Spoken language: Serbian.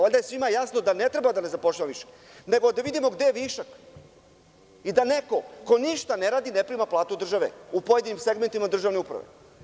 Valjda je svima jasno da ne treba da ne zapošljavamo više nego da vidimo gde je višak i da neko ko ništa ne radi ne prima platu od države u pojedinim segmentima državni uprave.